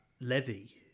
levy